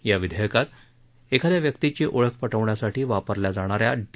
या विधेयकात एखाद्या व्यक्तीची ओळख पटवण्यासाठी वापरल्या जाणाऱ्या डी